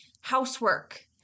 housework